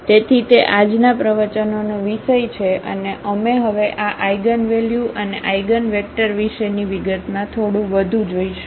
તેથી તે આજના પ્રવચનોનો વિષય છે અને અમે હવે આ આઇગનવેલ્યુ અને આઇગનવેક્ટર વિશેની વિગતમાં થોડું વધુ જઈશું